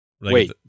Wait